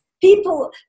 People